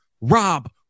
rob